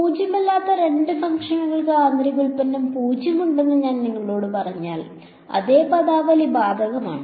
പൂജ്യമല്ലാത്ത രണ്ട് ഫംഗ്ഷനുകൾക്ക് ആന്തരിക ഉൽപ്പന്നം 0 ഉണ്ടെന്ന് ഞാൻ നിങ്ങളോട് പറഞ്ഞാൽ അതേ പദാവലി ബാധകമാണ്